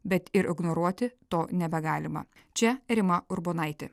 bet ir ignoruoti to nebegalima čia rima urbonaitė